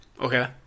Okay